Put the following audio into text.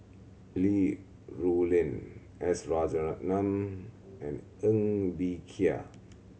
Li Rulin S Rajaratnam and Ng Bee Kia